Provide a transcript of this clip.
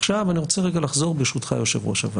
עכשיו ברשותך היושב-ראש,